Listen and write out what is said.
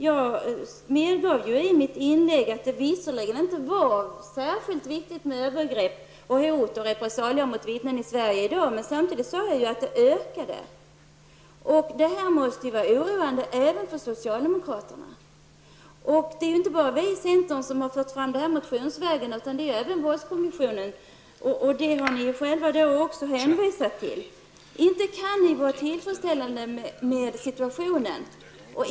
Jag medgav i mitt inlägg att det inte är särskilt vanligt med övergrepp, hot och repressalier mot vittnen i Sverige i dag. Men samtidigt sade jag att detta ökar. Det måste vara oroande även för socialdemokraterna. Det är inte bara vi i centern som har tagit upp dessa frågor i motioner utan även brottskommissionen. Det har ni socialdemokrater själva hänvisat till. Inte kan ni vara tillfredsställda med situationen.